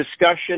discussion